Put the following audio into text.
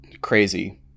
crazy